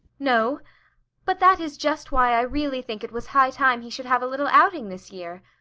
no but that is just why i really think it was high time he should have a little outing this year.